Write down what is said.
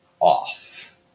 off